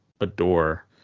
adore